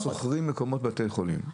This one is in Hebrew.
הם גם שוכרים מקומות בבתי חולים.